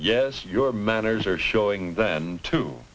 yes your manners are showing them to